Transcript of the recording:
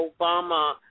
Obama